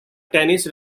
tennis